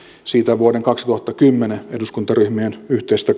siitä vuoden kaksituhattakymmenen eduskuntaryhmien yhteisestä